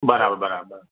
બરાબર બરાબર